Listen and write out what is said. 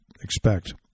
expect